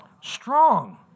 Strong